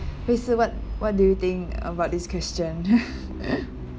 hui shi what what do you think about this question